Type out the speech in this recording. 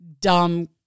dumb